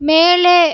மேலே